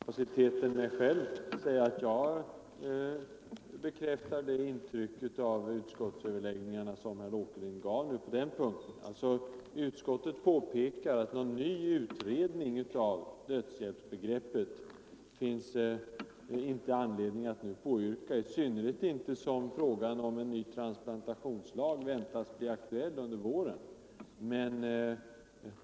Herr talman! Jag vill bara, i utskottsordförandens frånvaro och utan någon annan kapacitet än min egen, säga att jag bekräftar det intryck av utskottsöverläggningarna som herr Åkerlind gav på den aktuella punkten. Utskottet påpekar alltså att någon ny utredning av dödsbegreppet finns det inte anledning att nu påyrka, i synnerhet som frågan om en ny transplantationslag väntas bli aktuell under våren.